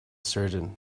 surgeon